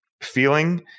feeling